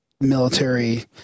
military